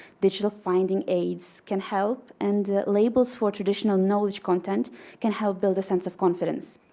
digital finding aides can help and labels for traditional knowledge content can help build a sense of confidence.